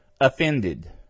offended